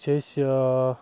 چھِ أسۍ